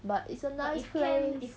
but it's a nice place